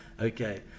Okay